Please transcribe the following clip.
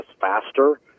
faster